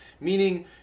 meaning